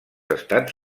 estats